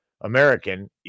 American